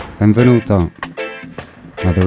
benvenuto